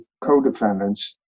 co-defendants